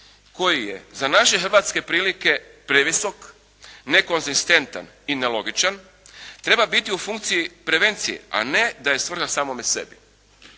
koji je za naše hrvatske prilike previsok, nekonzistentan i nelogičan treba biti u funkciji prevencije a ne da je svrha samome sebi.